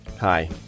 Hi